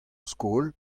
skol